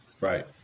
Right